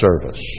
service